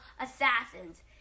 Assassins